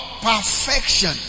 Perfection